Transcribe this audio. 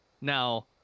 Now